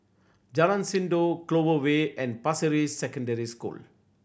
Jalan Sindor Clover Way and Pasir Ris Secondary School